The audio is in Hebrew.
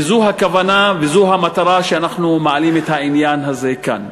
וזו הכוונה וזו המטרה בכך שאנחנו מעלים את העניין הזה כאן.